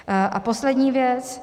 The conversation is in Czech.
A poslední věc.